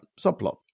subplot